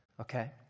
Okay